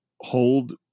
hold